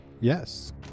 Yes